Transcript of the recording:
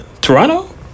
Toronto